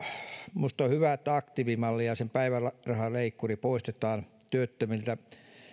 minusta on hyvä että aktiivimalli ja ja sen päivärahaleikkuri poistetaan työttömiltä